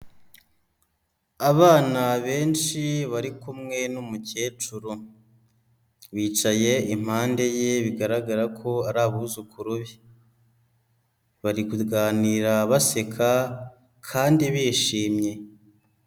Abana benshi bari kumwe n'umukecuru, bicaye impande ye bigaragara ko ari abuzukuru be. Bari kuganira baseka kandi bishimye.